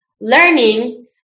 learning